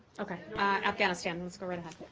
okay. ah afghanistan. let's go right ahead.